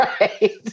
Right